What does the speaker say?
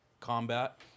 combat